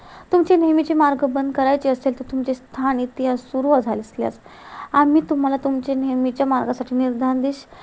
तुमचे नेहमीचे मार्ग बंद करायचे असेल तर तुमचे स्थान इतिहास सुरुवात झाली असल्यास आम्ही तुम्हाला तुमच्या नेहमीच्या मार्गासाठी निर्धान दिशा